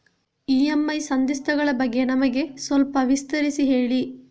EMI ಸಂಧಿಸ್ತ ಗಳ ಬಗ್ಗೆ ನಮಗೆ ಸ್ವಲ್ಪ ವಿಸ್ತರಿಸಿ ಹೇಳಿ